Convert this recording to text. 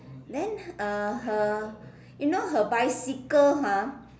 then uh her you know her bicycle ha